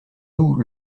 nous